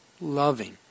loving